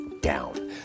down